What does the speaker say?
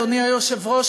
אדוני היושב-ראש,